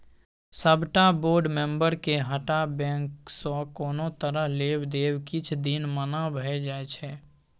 सबटा बोर्ड मेंबरके हटा बैंकसँ कोनो तरहक लेब देब किछ दिन मना भए जाइ छै